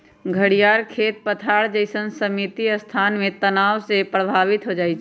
घरियार खेत पथार जइसन्न सीमित स्थान में तनाव से प्रभावित हो जाइ छइ